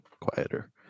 quieter